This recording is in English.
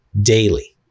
daily